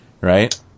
Right